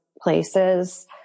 places